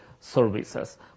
services